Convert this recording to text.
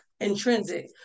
intrinsic